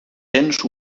tens